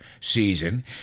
season